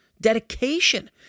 dedication